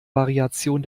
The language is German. variation